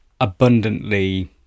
abundantly